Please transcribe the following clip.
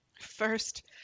First